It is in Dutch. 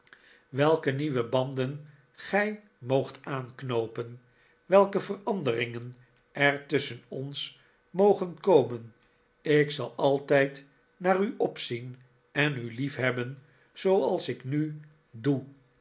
verdwenen nieuwe banden gij moogt aanknoopen welke veranderingen er tusschen ons mogen komen ik zal altijd naar u opzien en u liefhebben zooals ik nu doe